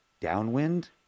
downwind